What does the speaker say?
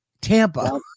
Tampa